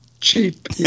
cheap